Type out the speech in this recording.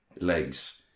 legs